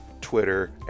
Twitter